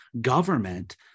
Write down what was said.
government